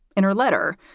in her letter,